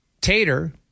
Tater